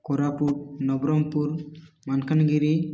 Koraput Nabarangpur Malkangiri